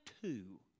two